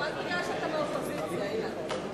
באופן מפתיע, האמת היא